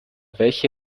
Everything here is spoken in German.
welche